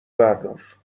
بردار